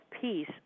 peace